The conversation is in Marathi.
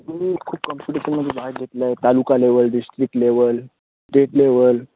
तुम्ही खूप कॉम्पिटिशनमध्ये भाग घेतला आहे taluka level district level state level